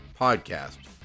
podcast